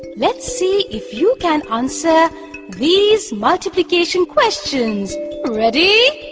let's see if you can answer these multiplication questions ready.